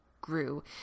grew